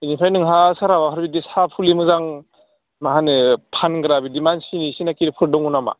बिनिफ्राय नोंहा सोरहाबाफोर बिदि साहा फुलि मोजां माहोनो फानग्रा बिदि मानसि सिनाखिफोर दङ नामा